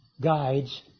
guides